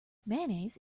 mayonnaise